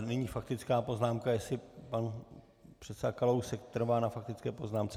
Nyní faktická poznámka jestli pan předseda Kalousek trvá na faktické poznámce?